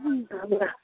तऽ हमरा